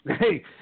Hey